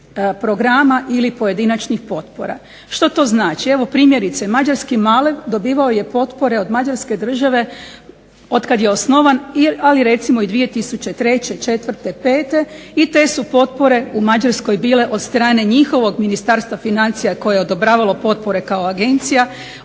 programa ili pojedinačnih potpora. Što to znači? Evo primjerice mađarski MALEV dobivao je potpore od Mađarske države otkad je osnovan, ali recimo i 2003., 2004., 2005. i te su potpore u Mađarskoj bile od strane njihovog Ministarstva financija koje je odobravalo potpore kao agencija